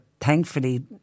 thankfully